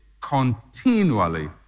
continually